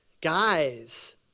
Guys